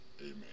Amen